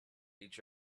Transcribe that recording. each